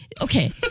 okay